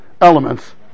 elements